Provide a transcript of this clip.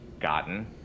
gotten